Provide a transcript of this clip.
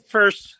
First